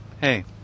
hey